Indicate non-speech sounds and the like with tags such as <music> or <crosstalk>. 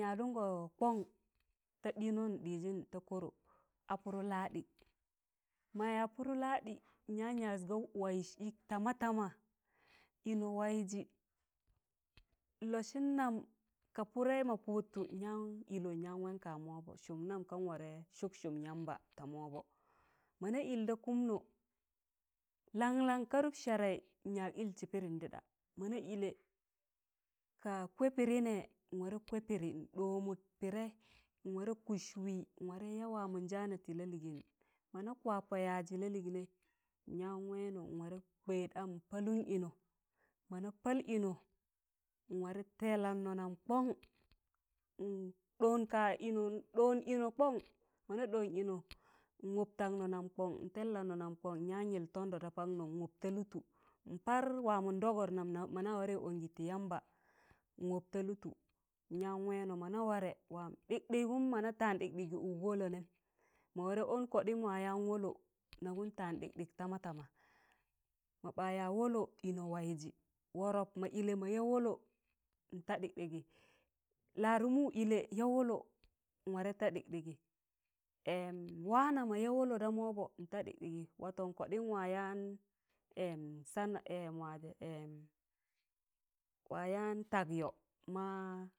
yadungọ kọn ta ɗiịnọm nɗịjịn ta kọrụ a pụrụ lahadi maa ya pụrụ lahadi nyan yas ga waịz ịk tama tama ịnọ waịzị nlọsịn nam ka pụdẹị ma pụdtụ nyan ịlọ nyan wan ka ma wọbọ sụm nam kan warẹ sụk sụụm yamba ta wọbọ mọna ịl da kụmnụ laṇlaṇ karup sẹẹrẹị nyak ịlsị pịdịn dịɗa mọna ịlẹ ka kwẹị pịdị nẹ nwarẹ kwẹị pịdị n dọmụt pịdẹị nwarẹ kụs wịị nwarẹ ya waamọn jaana tị lalịịgịn mọna kwapọ yaịzị lalịịgnẹị nyan wẹẹnọ nwarẹ kwẹd am n palụn ịnọ mọna pal ịnọ n warẹ tẹẹ landnọ nam kọṇ ndọn ka ịnọ ndọn ịnọ kọṇ mọna dọn ịnọ nwọb tagnọ nam kọn n tẹẹd landnọ nam kọṇ nyan yịl tandọ da paknọ nwọp ta lụtụ, npar wamọn dọgọr nam mọna warẹ wa ọngị tị yamba, nwọp ta lụtụ nyan wẹnọ mọna warẹ wam ɗịkɗịgịm mọna taan ɗịkɗịgị ọk wọlọ nẹm, ma warẹ ọn kọɗịm ma yan wọlọ nagụm taan ɗịkɗ̣ịgị tama tama ma ɓaa ya wọlọ ịnọ waịzị, wọrọp mọ ịlẹ ma ya wọlọ n taa ɗịkɗịgị, laarmụ mụụ ịlẹ mo ya wọlọ n ware taa ɗịkɗịgị <hesitation> waana mọ ya wọlọ da ma wọbọ n taa ɗịkɗịgị watọn kọɗịm ma yaan <hesitation> sana <hesitation> ma yaan tagyọ ma,